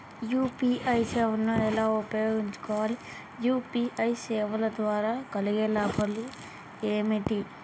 UPI సేవను ఎలా ఉపయోగించు కోవాలి? యూ.పీ.ఐ సేవల వల్ల కలిగే లాభాలు ఏమిటి?